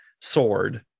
sword